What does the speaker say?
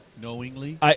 Knowingly